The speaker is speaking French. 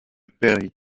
perry